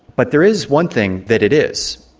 but there is one thing that it is.